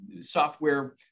software